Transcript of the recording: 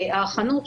החנות,